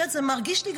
זה מרגיש לי,